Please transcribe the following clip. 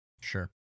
Sure